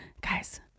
guys